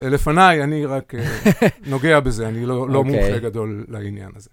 לפניי אני רק נוגע בזה, אני לא מומחה גדול לעניין הזה.